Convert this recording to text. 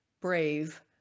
brave